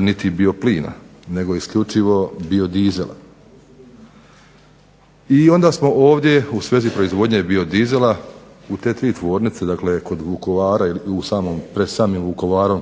niti bio plina nego isključivo biodizela. I onda smo ovdje u svezi proizvodnje bio dizela u te tri tvornice, kod Vukovara